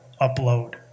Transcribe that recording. upload